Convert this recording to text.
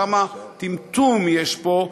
כמה טמטום יש פה,